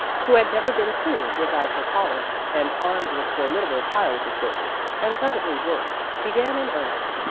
who had never been seen without her collar and armed with formidable piles of books and presently work began in earnest.